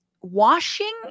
washing